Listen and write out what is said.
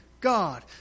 God